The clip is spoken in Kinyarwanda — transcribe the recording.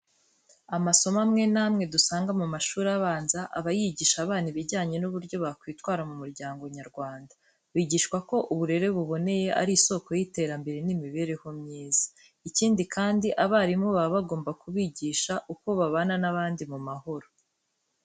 Amasomo amwe n'amwe dusanga mu mashuri abanza, aba yigisha abana ibijyane n'uburyo bakwitwara mu muryango nyarwanda. Bigishwa ko uburere buboneye, ari isoko y'iterambere n'imibereho myiza. Ikindi kandi abarimu baba bagomba kubigisha uko babana n'abandi mu mahoro.